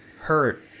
hurt